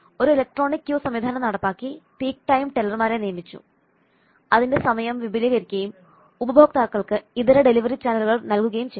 ഒരു electronic queue സംവിധാനം നടപ്പാക്കി പീക്ക് ടൈം ടെല്ലർമാരെ നിയമിച്ചു അതിന്റെ സമയം വിപുലീകരിക്കുകയും ഉപഭോക്താക്കൾക്ക് ഇതര ഡെലിവറി ചാനലുകൾ നൽകുകയും ചെയ്തു